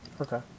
Okay